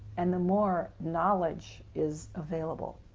and the more knowledge is available.